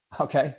okay